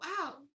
wow